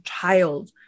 child